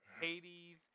hades